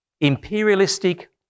imperialistic